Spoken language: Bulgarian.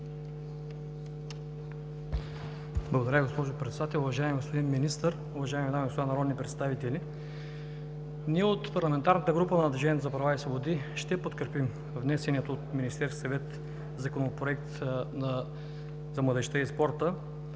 Благодаря, госпожо Председател. Уважаеми господин Министър, уважаеми дами и господа народни представители! Ние от парламентарната група на Движението за права и свободи ще подкрепим внесения от Министерския съвет Законопроект за физическото